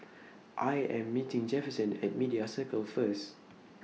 I Am meeting Jefferson At Media Circle First